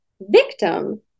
victim